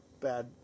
bad